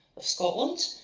of scotland,